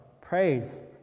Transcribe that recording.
Praise